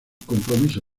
compromiso